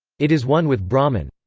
it is one with brahman.